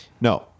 No